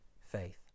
faith